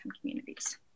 communities